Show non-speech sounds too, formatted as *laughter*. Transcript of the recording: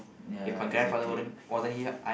ya exactly *breath*